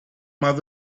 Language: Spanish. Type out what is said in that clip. más